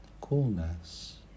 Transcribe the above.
coolness